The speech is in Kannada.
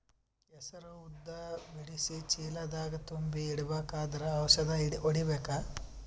ಹೆಸರು ಉದ್ದ ಬಿಡಿಸಿ ಚೀಲ ದಾಗ್ ತುಂಬಿ ಇಡ್ಬೇಕಾದ್ರ ಔಷದ ಹೊಡಿಬೇಕ?